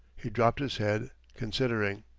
he dropped his head, considering.